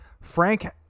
Frank